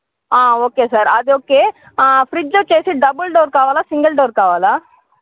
okay sir అది okay fridge వచ్చి double door కావాలా సింగల్ డోర్ కావాలా